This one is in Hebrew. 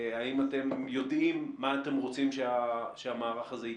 האם אתם יודעים מה אתם רוצים שהמערך הזה ייתן?